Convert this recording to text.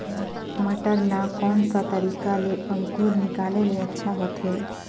मटर ला कोन सा तरीका ले अंकुर निकाले ले अच्छा होथे?